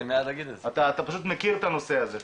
אתה פשוט מכיר את הנושא הזה.